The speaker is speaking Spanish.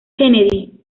kennedy